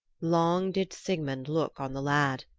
long did sigmund look on the lad.